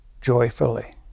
joyfully